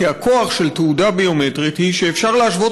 כי הכוח של תעודה ביומטרית הוא שאפשר להשוות